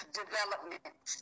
development